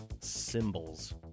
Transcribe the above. Symbols